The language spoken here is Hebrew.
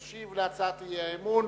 ישיב על הצעת האי-אמון